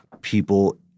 people